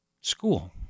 school